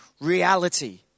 reality